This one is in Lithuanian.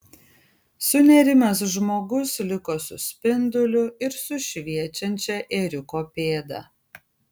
sunerimęs žmogus liko su spinduliu ir su šviečiančia ėriuko pėda